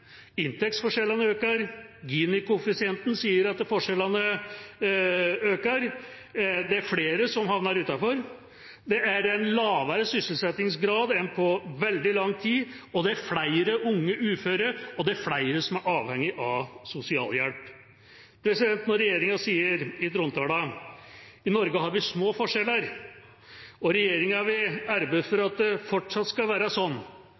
inntektsforskjellene øker, Gini-koeffisienten sier at forskjellene øker. Det er flere som havner utenfor. Det er lavere sysselsettingsgrad enn på veldig lang tid, og det er flere unge uføre og flere som er avhengige av sosialhjelp. Når regjeringa i trontalen sier at i Norge har vi små forskjeller, og at regjeringa vil arbeide for at det fortsatt skal være sånn,